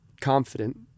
confident